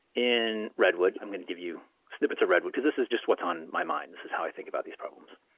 in redwood i'm going to give you snippets of redwood, because this is just what's on my mind. this is how i think about these problems.